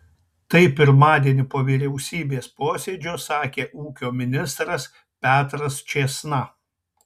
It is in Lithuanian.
tai pirmadienį po vyriausybės posėdžio sakė ūkio ministras petras čėsna